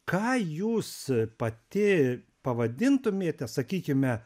ką jūs pati pavadintumėte sakykime